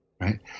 Right